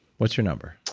what's your number?